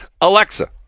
Alexa